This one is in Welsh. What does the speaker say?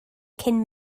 cyn